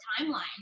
timeline